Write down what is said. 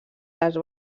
les